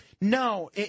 No